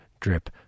drip